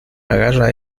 agarra